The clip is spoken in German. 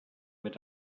mit